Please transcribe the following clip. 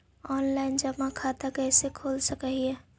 Online जमा खाता कैसे खोल सक हिय?